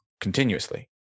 continuously